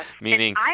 meaning